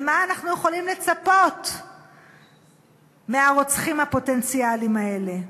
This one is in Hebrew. אז למה אנחנו יכולים לצפות מהרוצחים הפוטנציאליים האלה?